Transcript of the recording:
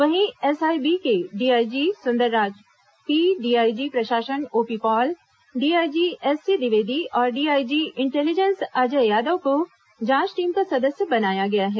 वहीं एसआईबी के DIG Sundarraj P DIG प्रशासन OP Paul DIG SC Dwivedi और डीआईजी इंटेलिजेंस अजय यादव को जांच टीम का सदस्य बनाया गया है